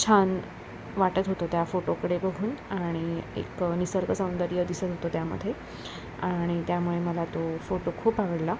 छान वाटत होतं त्या फोटोकडे बघून आणि एक निसर्गसौंदर्य दिसत होतं त्यामध्ये आणि त्यामुळे मला तो फोटो खूप आवडला